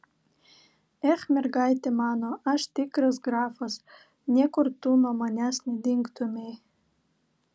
ech mergaite mano aš tikras grafas niekur tu nuo manęs nedingtumei